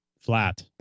flat